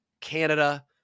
Canada